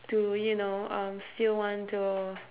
to you know um still want to